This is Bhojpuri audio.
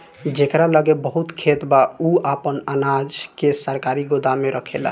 जेकरा लगे बहुत खेत बा उ आपन अनाज के सरकारी गोदाम में रखेला